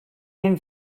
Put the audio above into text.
hem